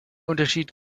unterschied